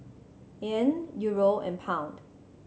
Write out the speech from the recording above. Yen Euro and Pound